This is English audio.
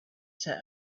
sit